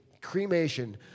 cremation